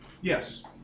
Yes